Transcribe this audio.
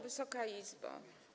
Wysoka Izbo!